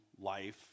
life